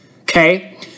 Okay